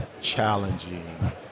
challenging